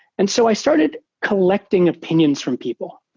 and so i started collecting opinions from people.